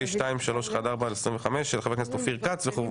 של ח"כ אופיר כץ.